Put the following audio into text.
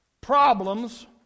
Problems